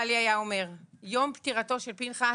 בעלי היה אומר: יום פטירתו של פנחס,